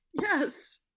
Yes